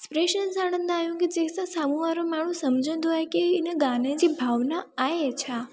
expressions हणंदा आहियूं की जंहिंसां साम्हूं वारो माण्हू सम्झंदो आहे की हिन गाने जी भावना आहे छा